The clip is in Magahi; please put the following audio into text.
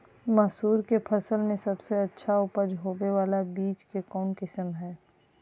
मसूर के फसल में सबसे अच्छा उपज होबे बाला बीज के कौन किस्म हय?